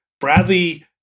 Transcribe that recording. Bradley